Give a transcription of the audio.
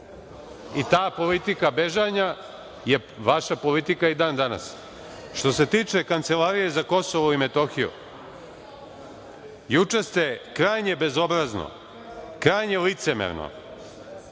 i ta politika bežanja je vaša politika i dan danas. Što se tiče Kancelarije za Kosovo i Metohiju, juče ste krajnje bezobrazno, krajnje licemerno,